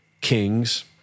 kings